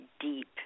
deep